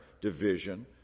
division